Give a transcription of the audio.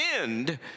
end